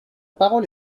parole